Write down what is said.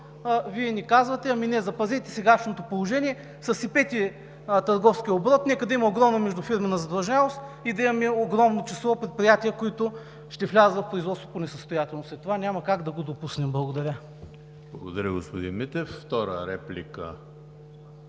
Вие ни казвате: ами не, запазете сегашното положение, съсипете търговския оборот, нека да има огромна междуфирмена задлъжнялост и да имаме огромно число предприятия, които ще влязат в производство по несъстоятелност! Е това няма как да го допуснем. Благодаря. ПРЕДСЕДАТЕЛ ЕМИЛ